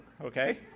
okay